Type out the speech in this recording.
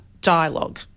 dialogue